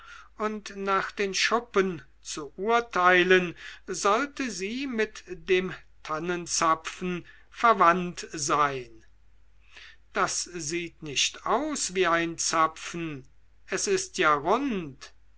und nach den schuppen zu urteilen sollte sie mit den tannenzapfen verwandt sein das sieht nicht aus wie ein zapfen es ist ja rund